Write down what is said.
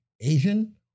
Asian